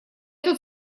тут